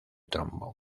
trombón